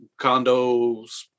condos